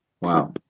Wow